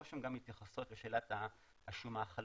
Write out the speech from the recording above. שהן גם מתייחסות לשאלת השומה החלוטה?